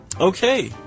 Okay